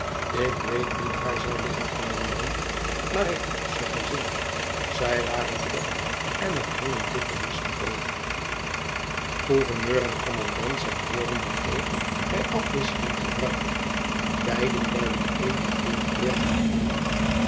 ik weet niet waar zij liggen kommandant maar ik heb ze gezien zij waren plat en er hing een dikke mist over gouverneur en kommandant zijn woorden die phil bij afwisseling gebruikt beide duiden evenveel eerbied aan